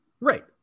Right